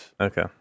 Okay